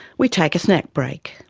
we take a snack break.